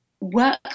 work